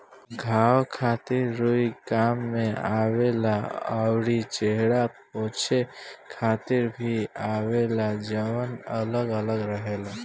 घाव खातिर रुई काम में आवेला अउरी चेहरा पोछे खातिर भी आवेला जवन अलग अलग रहेला